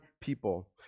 people